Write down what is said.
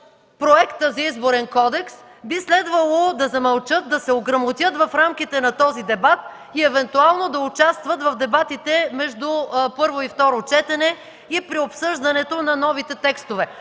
проекта за Изборен кодекс, би следвало да замълчат, да се ограмотят в рамките на този дебат и евентуално да участват в дебатите между първо и второ четене и при обсъждането на новите текстове,